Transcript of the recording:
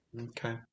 Okay